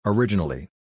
Originally